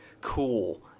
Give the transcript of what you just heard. cool